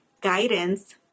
guidance